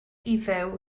iddew